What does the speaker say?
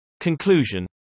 Conclusion